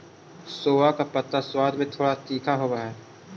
सोआ का पत्ता स्वाद में थोड़ा तीखा होवअ हई